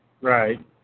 Right